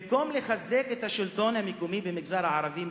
במקום לחזק את השלטון המקומי במגזר הערבי,